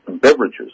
beverages